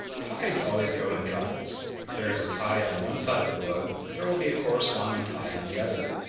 tides always go in couples if there is a tide on one side of a globe there will be a corresponding tide on the other